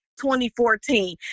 2014